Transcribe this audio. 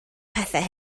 pethau